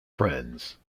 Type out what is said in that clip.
friends